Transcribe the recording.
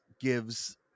gives